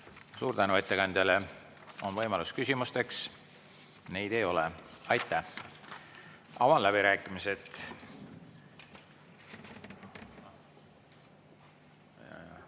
Suur tänu ettekandjale! On võimalus küsimusteks. Neid ei ole. Avan läbirääkimised.